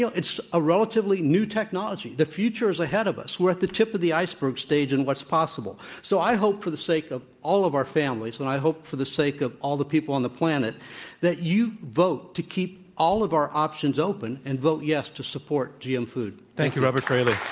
yeah it's a relatively new technology. the future is ahead of us. we're at the tip of the iceberg stage in what's possible. so, i hope, for the sake of all of our families and i hope for the sake of all the people on the planet that you vote to keep all of our options open and vote yes to support gm food. thank you. thank you, robert fraley.